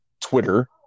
Twitter